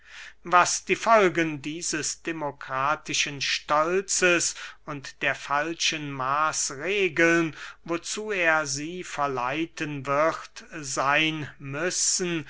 was die folgen dieses demokratischen stolzes und der falschen maßregeln wozu er sie verleiten wird seyn müssen